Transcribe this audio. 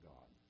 God